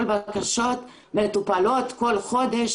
כל הבקשות מטופלות כל חודש,